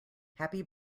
happy